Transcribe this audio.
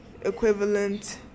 equivalent